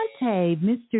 Mr